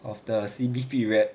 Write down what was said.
of the C_B period